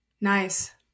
Nice